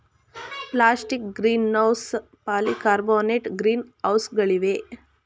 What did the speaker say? plastic greenhouse, poly carbonate green ಹೌಸ್ಗಳಿವೆ